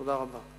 תודה רבה.